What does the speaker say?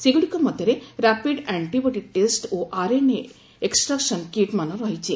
ସେଗୁଡ଼ିକ ମଧ୍ୟରେ rapid antibody test ଓ ଆର୍ଏନ୍ଏ ଏକ୍ୱଟ୍ରାକ୍ସନ୍ କିଟ୍ ମାନ ରହିଛି